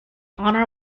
honor